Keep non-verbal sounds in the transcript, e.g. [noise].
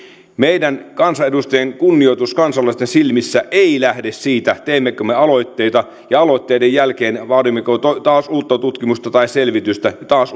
meidän kansanedustajien kunnioitus kansalaisten silmissä ei lähde siitä teemmekö me aloitteita ja vaadimmeko aloitteiden jälkeen taas uutta tutkimusta tai selvitystä taas [unintelligible]